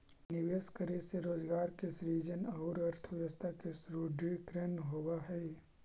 निवेश करे से रोजगार के सृजन औउर अर्थव्यवस्था के सुदृढ़ीकरण होवऽ हई